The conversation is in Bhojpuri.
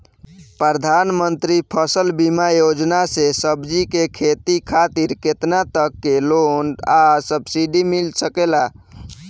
प्रधानमंत्री फसल बीमा योजना से सब्जी के खेती खातिर केतना तक के लोन आ सब्सिडी मिल सकेला?